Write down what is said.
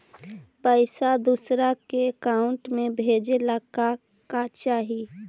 पैसा दूसरा के अकाउंट में भेजे ला का का चाही?